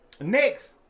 Next